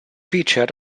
featured